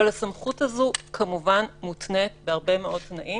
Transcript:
אבל הסמכות הזאת מותנית בהרבה מאוד תנאים